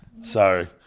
Sorry